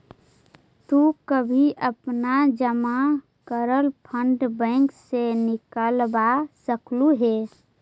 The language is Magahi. तु कभी अपना जमा करल फंड बैंक से निकलवा सकलू हे